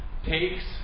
Takes